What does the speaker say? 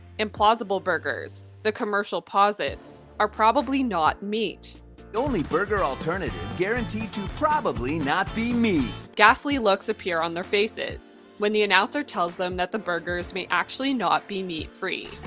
implausible burgers, the commercial posits are probably not meat. the only burger alternative guaranteed to probably not be meat. ghastly looks appear on their faces when the announcer tells them that the burgers may actually not be meat-free.